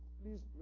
please